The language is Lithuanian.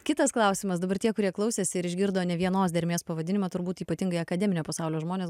kitas klausimas dabar tie kurie klausėsi ir išgirdo ne vienos dermės pavadinimą turbūt ypatingai akademinio pasaulio žmonės